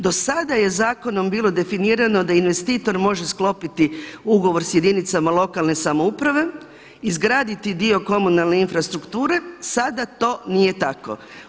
Do sada je zakonom bilo definirano da investitor može sklopiti ugovor sa jedinicama lokalne samouprave, izgraditi dio komunalne infrastrukture, sada to nije tako.